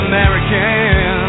American